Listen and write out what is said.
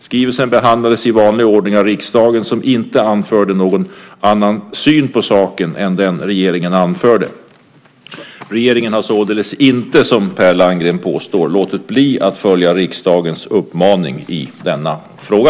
Skrivelsen behandlades i vanlig ordning av riksdagen som inte anförde någon annan syn på saken än den regeringen anförde. Regeringen har således inte, som Per Landgren påstår, låtit bli att följa riksdagens uppmaning i denna fråga.